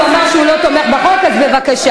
הוא אמר שהוא לא תומך בחוק, אז בבקשה.